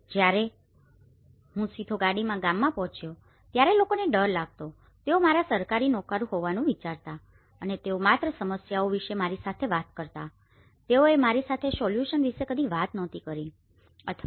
જ્યારે હું સીધો ગાડીમાં ગામમાં પહોંચ્યો ત્યારે લોકોને ડર લાગતો કે તેઓ મારા સરકારી નોકર હોવાનું વિચારતા હતા અને તેઓ માત્ર સમસ્યાઓ વિશે મારી સાથે વાત કરતા હતા તેઓએ મારી સાથે સોલ્યુશન વિષે કદી વાત કરી નહોતી અથવા